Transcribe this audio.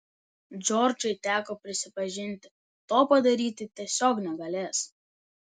džordžai teko prisipažinti to padaryti tiesiog negalės